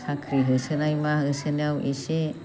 साख्रि होसोनाय मा होसोनायाव एसे